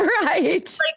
Right